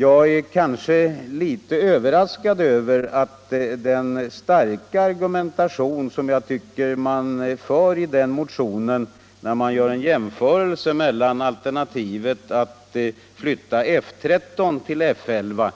Jag är kanske litet överraskad över att den starka argumentation som jag tycker att man för i motionen, när man gör en jämförelse med alternativet att flytta F 13 till F 11,